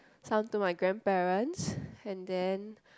some to my grandparents and then